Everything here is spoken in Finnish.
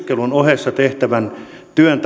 opiskelun ohessa tehtävän työn